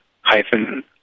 hyphen